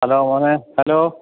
hello മോനേ hello